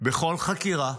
בכל חקירה,